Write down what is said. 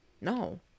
No